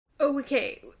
Okay